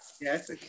Yes